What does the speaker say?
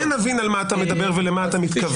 כן נבין על מה אתה מדבר ולמה אתה מתכוון.